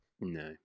no